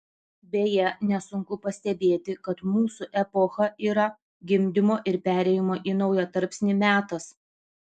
beje nesunku pastebėti kad mūsų epocha yra gimdymo ir perėjimo į naują tarpsnį metas